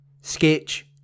sketch